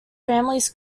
families